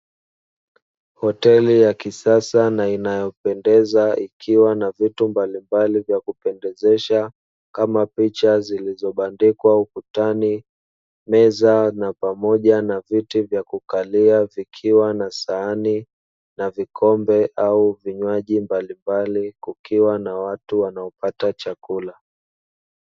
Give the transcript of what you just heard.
Hoteli ya kisasa na inayopendeza ikiwa na vitu mbalimbali vilivyozidi kupendezesha kama picha zilizobandikwa ukutani, meza pamoja na viti vya kukaliwa vikiwa na sahani, vikombe au vinywaji mbalimbali kukiwa na watu wanapata chakula.